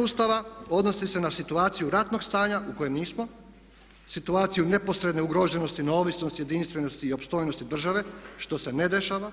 Ustava odnosi se na situaciju ratnog stanja u kojem nismo, situaciju neposredne ugroženosti neovisnosti, jedinstvenosti i opstojnosti države, što se ne dešava,